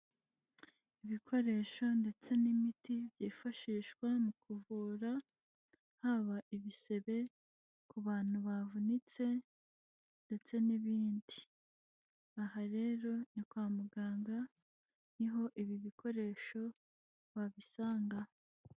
Ibikoresho ndetse n'imiti byifashishwa mu kuvura, haba ibisebe ku bantu bavunitse ndetse n'ibindi. Aha rero ni kwa muganga, ni ho ibi bikoresho wabisanga.